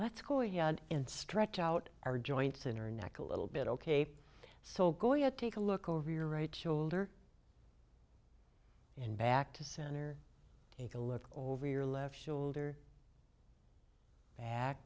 let's go yawned and stretched out our joints and her neck a little bit ok so going to take a look over your right shoulder and back to center take a look over your left shoulder back